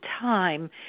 time